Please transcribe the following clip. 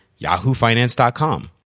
yahoofinance.com